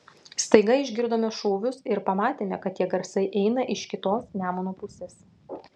staiga išgirdome šūvius ir pamatėme kad tie garsai eina iš kitos nemuno pusės